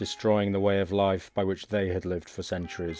destroying the way of life by which they had lived for centur